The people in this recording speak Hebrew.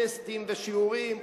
טסטים ושיעורים,